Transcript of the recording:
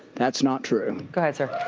that's not true. go ahead, sir.